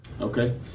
Okay